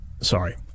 Sorry